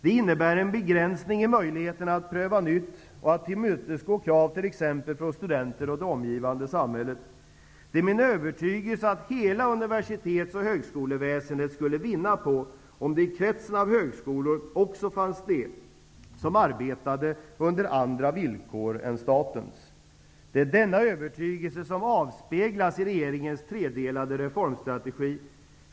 Det innebär en begränsning i möjligheterna att pröva nytt och att tillmötesgå krav t.ex. från studenter och det omgivande samhället. Det är min övertygelse att hela universitets och högskoleväsendet skulle vinna på om det i kretsen av högskolor också fanns de som arbetade under andra villkor än statens. Det är denna övertygelse som avspeglas i regeringens tredelade reformstrategi.